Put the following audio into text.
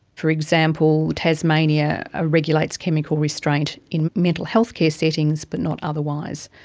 for example, tasmania ah regulates chemical restraint in mental healthcare settings but not otherwise.